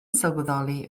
sylweddoli